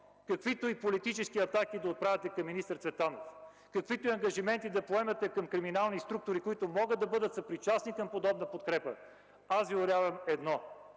каквито и политически атаки да отправяте към министър Цветанов, каквито и ангажименти да поемате към криминални структури, които могат да бъдат съпричастни към подобна подкрепа, аз Ви уверявам,